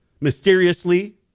mysteriously